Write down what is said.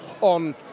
on